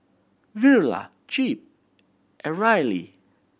Verla Jep and Rylie